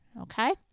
Okay